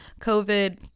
COVID